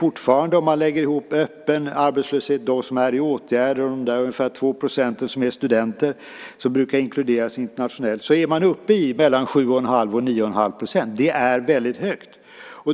Om man lägger ihop den öppna arbetslösheten med dem som är i åtgärder och de ungefär 2 % som är studenter och som brukar inkluderas internationellt, är man uppe i mellan 7,5 och 9,5 %. Det är väldigt högt.